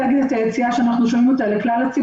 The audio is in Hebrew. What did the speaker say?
אנחנו שומעים על אסטרטגיית יציאה לכלל הציבור,